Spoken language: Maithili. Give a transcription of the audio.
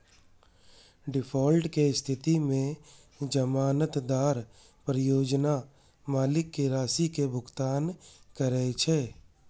डिफॉल्ट के स्थिति मे जमानतदार परियोजना मालिक कें राशि के भुगतान करै छै